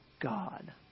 God